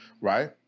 right